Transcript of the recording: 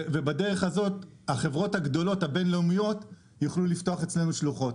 בדרך הזאת החברות הבין-לאומיות הגדולות יוכלו לפתוח אצלנו שלוחות.